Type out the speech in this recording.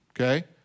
okay